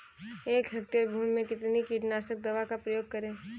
एक हेक्टेयर भूमि में कितनी कीटनाशक दवा का प्रयोग करें?